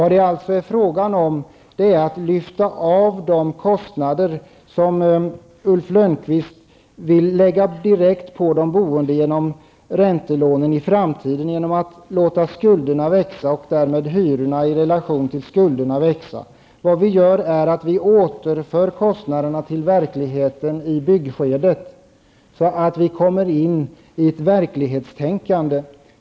Det är alltså fråga om att lyfta av de kostnader som Ulf Lönnqvist nu direkt vill lägga på de boende med räntelånen i framtiden genom att låta skulderna och därmed hyrorna i relation till skulderna växa. Vad vi gör är att vi återför kostnaderna till verkligheten i byggskedet så att vi kommer in i ett verklighetstänkande.